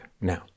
Now